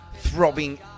throbbing